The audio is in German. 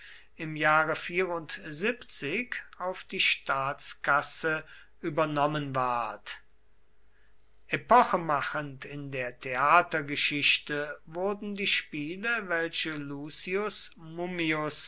im jahre auf die staatskasse übernommen ward epochemachend in der theatergeschichte wurden die spiele welche lucius mummius